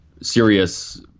serious